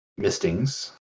mistings